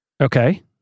Okay